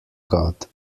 god